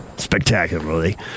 spectacularly